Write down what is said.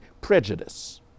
prejudice